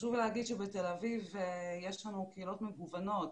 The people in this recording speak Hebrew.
חשוב להגיד שבתל אביב יש לנו קהילות מגוונות,